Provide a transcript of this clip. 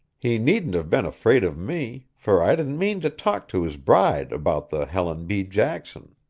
he needn't have been afraid of me, for i didn't mean to talk to his bride about the helen b. jackson.